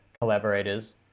collaborators